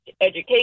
education